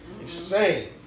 insane